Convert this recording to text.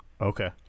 Okay